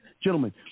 Gentlemen